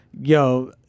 Yo